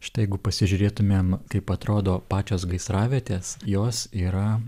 štai jeigu pasižiūrėtumėm kaip atrodo pačios gaisravietės jos yra